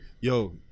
Yo